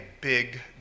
big